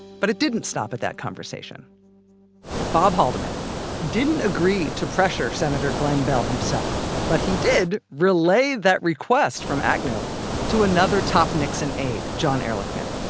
but it didn't stop at that conversation bob haldeman didn't agree to pressure senator glenn beall himself, but he did relay that request from agnew to another top nixon aide john ehrlichman.